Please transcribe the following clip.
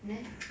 neh